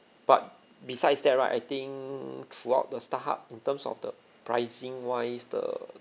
but besides that right I think throughout the starhub in terms of the pricing wise the